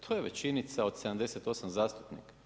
To je većinica od 78 zastupnika.